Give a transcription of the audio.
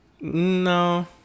No